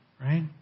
Right